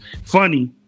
funny